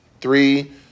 Three